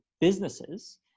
businesses